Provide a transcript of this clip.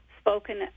spoken